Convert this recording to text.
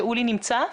שאולי נמצא?